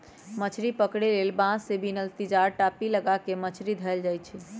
मछरी पकरे लेल बांस से बिनल तिजार, टापि, लगा क मछरी धयले जाइ छइ